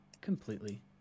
completely